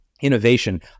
innovation